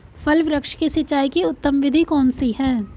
फल वृक्ष की सिंचाई की उत्तम विधि कौन सी है?